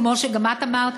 כמו שגם את אמרת,